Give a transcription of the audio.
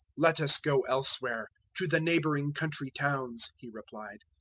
let us go elsewhere, to the neighbouring country towns, he replied,